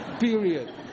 period